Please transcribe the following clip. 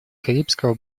карибского